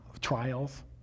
trials